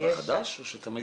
חדש או שתמיד היה?